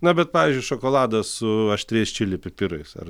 na bet pavyzdžiui šokoladas su aštriais čili pipirais ar